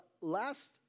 last